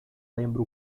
lembra